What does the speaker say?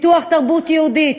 פיתוח תרבות יהודית,